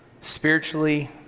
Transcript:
spiritually